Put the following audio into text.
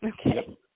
Okay